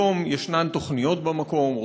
היום יש תוכניות במקום,